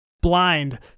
blind